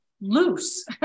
loose